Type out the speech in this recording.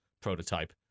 Prototype